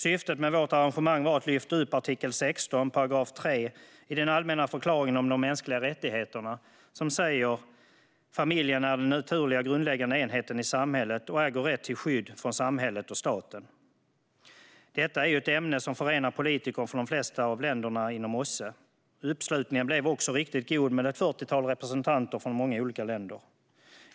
Syftet med vårt arrangemang var att lyfta upp artikel 16 punkt 3 i den allmänna förklaringen om de mänskliga rättigheterna, som säger att familjen är den naturliga grundläggande enheten i samhället och äger rätt till skydd från samhället och staten. Detta är ju ett ämne som förenar politiker från de flesta av länderna inom OSSE. Uppslutningen blev också riktigt god, med ett 40-tal representanter från många olika länder.